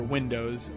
Windows